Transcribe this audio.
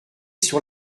sur